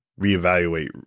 reevaluate